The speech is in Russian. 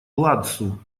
ладсу